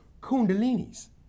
Kundalini's